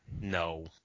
No